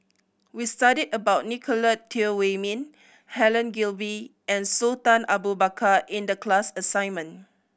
we studied about Nicolette Teo Wei Min Helen Gilbey and Sultan Abu Bakar in the class assignment